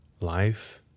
life